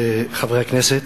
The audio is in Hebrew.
חברי הכנסת,